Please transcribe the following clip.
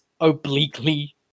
obliquely